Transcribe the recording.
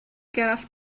gerallt